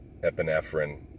epinephrine